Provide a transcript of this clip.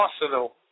arsenal